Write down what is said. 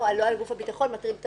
לא משיקולים של